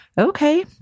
okay